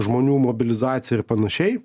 žmonių mobilizaciją ir panašiai